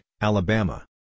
Alabama